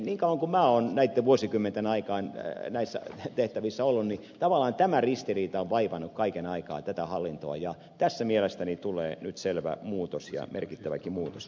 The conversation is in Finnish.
niin kauan kuin minä olen näitten vuosikymmenten aikaan näissä tehtävissä ollut tavallaan tämä ristiriita on vaivannut kaiken aikaa tätä hallintoa ja tässä mielestäni tulee nyt selvä muutos ja merkittäväkin muutos